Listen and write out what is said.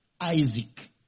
Isaac